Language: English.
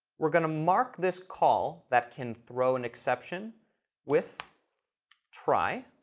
we're going to mark this call that can throw an exception with try.